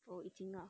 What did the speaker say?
oh yi ting ah